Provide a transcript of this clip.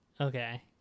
Okay